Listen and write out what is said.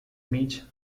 mitch